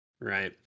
right